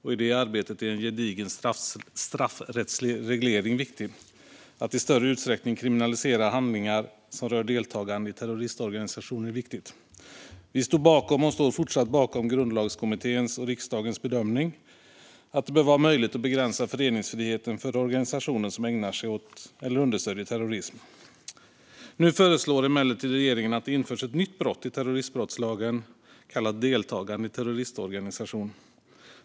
I det arbetet är en gedigen straffrättslig reglering viktig. Att i större utsträckning kriminalisera handlingar som rör deltagande i terroristorganisationer är viktigt. Vi stod och står fortsatt bakom Grundlagskommitténs och riksdagens bedömning att det bör vara möjligt att begränsa föreningsfriheten för organisationer som ägnar sig åt eller understöder terrorism. Nu föreslår emellertid regeringen att det införs ett nytt brott i terroristbrottslagen kallat deltagande i en terroristorganisation.